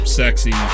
sexy